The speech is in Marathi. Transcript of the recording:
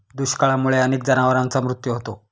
दुष्काळामुळे अनेक जनावरांचा मृत्यू होतो